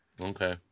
Okay